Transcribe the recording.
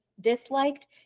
disliked